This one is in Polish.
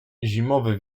zimowy